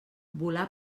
volà